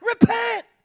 repent